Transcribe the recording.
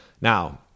Now